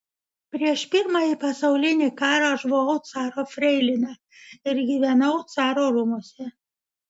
prieš pirmąjį pasaulinį karą aš buvau caro freilina ir gyvenau caro rūmuose